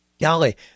Golly